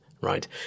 right